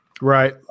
Right